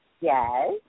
Yes